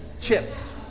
chips